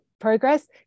progress